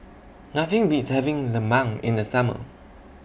Nothing Beats having Lemang in The Summer